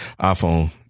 iPhone